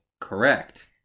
Correct